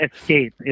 escape